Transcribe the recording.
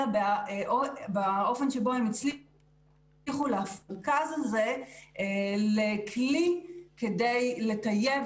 אלא באופן שבו הם הצליחו להפוך את המרכז הזה לכלי כדי לטייב